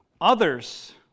Others